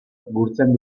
gurtzen